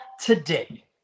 today